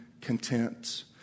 content